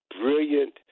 brilliant